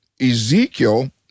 Ezekiel